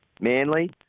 Manly